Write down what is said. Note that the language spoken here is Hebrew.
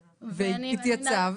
והתייצבת?